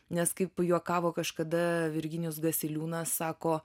nes kaip juokavo kažkada virginijus gasiliūnas sako